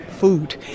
food